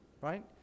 right